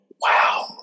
Wow